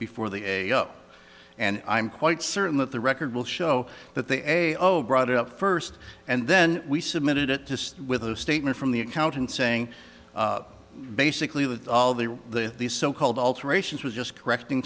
before the a o and i'm quite certain that the record will show that they owe brought it up first and then we submitted it just with a statement from the accountant saying basically with all that the these so called alterations was just correcting